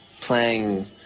playing